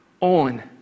On